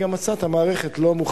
היא גם מצאה את המערכת לא מוכנה.